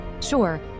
Sure